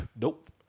Nope